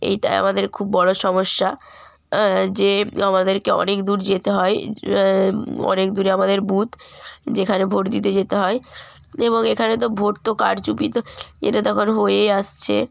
এটা আমাদের খুব বড় সমস্যা যে আমাদেরকে অনেক দূর যেতে হয় অনেক দূরে আমাদের বুথ যেখানে ভোট দিতে যেতে হয় এবং এখানে তো ভোট তো কারচুপি তো এটা তো এখন হয়েই আসছে